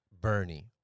Bernie